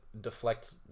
deflect